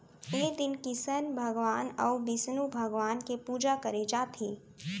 ए दिन किसन भगवान अउ बिस्नु भगवान के पूजा करे जाथे